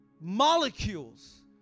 molecules